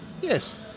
Yes